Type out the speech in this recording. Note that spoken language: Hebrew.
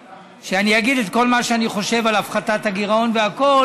שאני אגיד את כל מה שאני חושב על הפחתת הגירעון והכול,